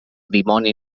dimoni